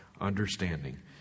understanding